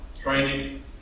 training